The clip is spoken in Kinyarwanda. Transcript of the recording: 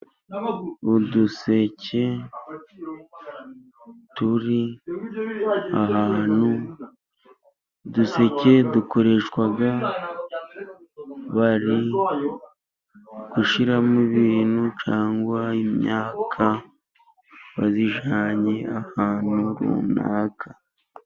Uduseke turi ahantu, uduseke dukoreshwa bari gushyiramo ibintu cyangwa imyaka, bayijyanye ahantu runaka.